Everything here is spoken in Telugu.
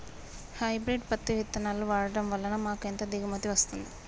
హైబ్రిడ్ పత్తి విత్తనాలు వాడడం వలన మాకు ఎంత దిగుమతి వస్తుంది?